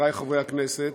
חברי חברי הכנסת,